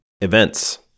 Events